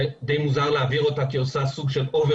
שדי מוזר להעביר אותה כי היא עושה סוג של אובר